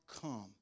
come